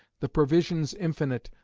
the provisions infinite,